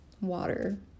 Water